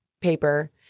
paper